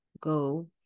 go